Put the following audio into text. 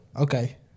Okay